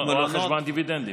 או על חשבון הדיבידנדים.